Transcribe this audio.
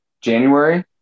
January